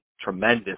tremendous